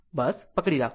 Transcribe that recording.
બસ પકડી રાખો